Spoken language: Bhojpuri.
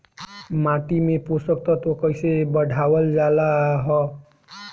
माटी में पोषक तत्व कईसे बढ़ावल जाला ह?